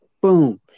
boom